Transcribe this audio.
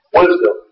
wisdom